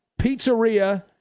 pizzeria